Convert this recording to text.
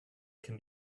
can